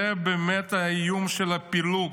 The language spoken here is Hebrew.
זה באמת האיום של הפילוג,